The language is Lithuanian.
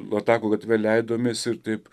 latako gatve leidomės ir taip